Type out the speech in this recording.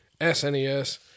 SNES